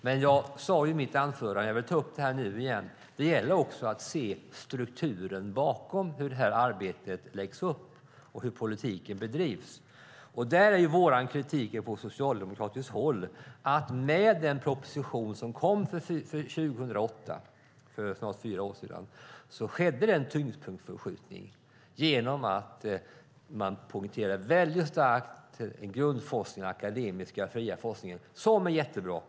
Men jag sade i mitt anförande och vill ta upp det igen, att det också gäller att se strukturen bakom hur detta arbete läggs upp och hur politiken bedrivs. Där är kritiken från oss från socialdemokratiskt håll att med den proposition som kom 2008, för snart fyra år sedan, skedde det en tyngdpunktsförskjutning genom att man mycket starkt poängterade grundforskningen och den akademiska och fria forskningen. Den är jättebra.